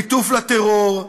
ליטוף לטרור,